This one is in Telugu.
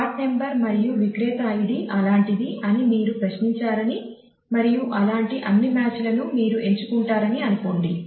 పార్ట్ నంబర్ మరియు విక్రేత ఐడి అలాంటిది అని మీరు ప్రశ్నించారని మరియు అలాంటి అన్ని మ్యాచ్లను మీరు ఎంచుకుంటారని అనుకోండి